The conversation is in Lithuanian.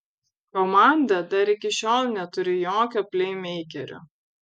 komanda dar iki šiol neturi jokio pleimeikerio